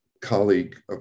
colleague